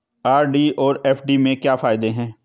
RD और FD के क्या फायदे हैं?